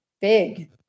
big